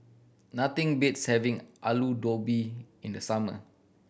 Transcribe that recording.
nothing beats having Alu Gobi in the summer